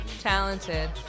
talented